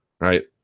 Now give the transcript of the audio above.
Right